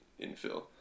infill